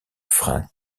frein